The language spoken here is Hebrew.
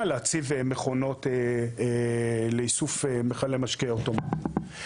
להציב מכונות לאיסוף מכלי משקה אוטומטיות.